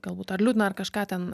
galbūt ar liūdna ar kažką ten